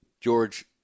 George